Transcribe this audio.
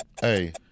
Hey